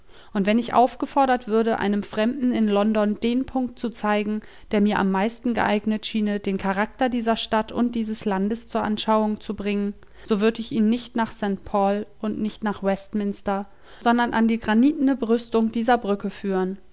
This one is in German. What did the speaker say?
und wenn ich aufgefordert würde einem fremden in london den punkt zu zeigen der mir am meisten geeignet schiene den charakter dieser stadt und dieses landes zur anschauung zu bringen so würd ich ihn nicht nach st paul und nicht nach westminster sondern an die granitne brüstung dieser brücke führen